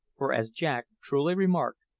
for, as jack truly remarked,